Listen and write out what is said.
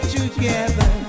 together